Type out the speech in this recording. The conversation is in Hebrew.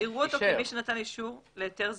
יראו אותו כמי שנתן אישור להיתר זמני.